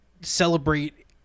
celebrate